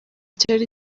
cyari